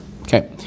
Okay